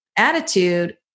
Attitude